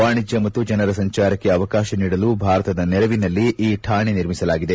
ವಾಣಿಜ್ಯ ಮತ್ತು ಜನರ ಸಂಚಾರಕ್ಕೆ ಅವಕಾಶ ನೀಡಲು ಭಾರತದ ನೆರವಿನಲ್ಲಿ ಈ ಠಾಣೆ ನಿರ್ಮಿಸಲಾಗಿದೆ